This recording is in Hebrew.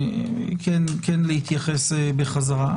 להתייחס בחזרה לעניין הזה.